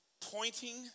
pointing